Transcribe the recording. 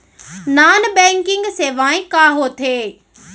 non banking सेवाएं का होथे